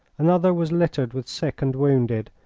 another was littered with sick and wounded,